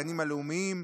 הגנים הלאומיים.